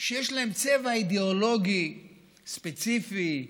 שיש להם צבע אידיאולוגי ספציפי מובחן,